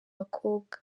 bakobwa